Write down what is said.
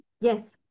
Yes